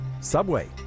Subway